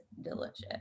delicious